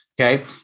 Okay